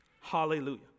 Hallelujah